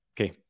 Okay